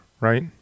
right